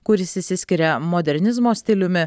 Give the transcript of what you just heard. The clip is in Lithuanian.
kuris išsiskiria modernizmo stiliumi